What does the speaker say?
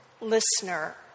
listener